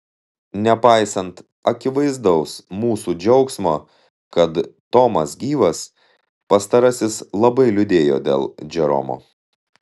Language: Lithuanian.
nepaisant akivaizdaus mūsų džiaugsmo kad tomas gyvas pastarasis labai liūdėjo dėl džeromo